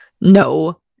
No